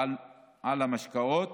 ועל משקאות